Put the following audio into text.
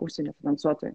užsienio finansuotojų